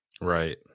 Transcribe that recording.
right